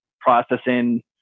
processing